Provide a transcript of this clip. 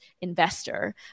investor